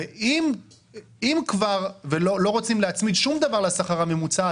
ואם לא רוצים להקפיא שום דבר לשכר הממוצע,